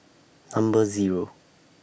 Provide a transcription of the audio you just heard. Number Zero